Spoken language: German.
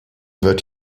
wird